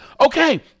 Okay